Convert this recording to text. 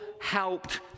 helped